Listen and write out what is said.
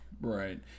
Right